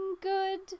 good